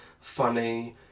funny